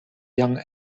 young